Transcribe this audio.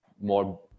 more